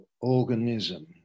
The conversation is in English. organism